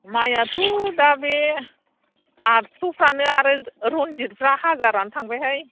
माइआथ' दा बे आठस'फ्रानो आरो रन्जितफ्रा हाजारानो थांबायहाय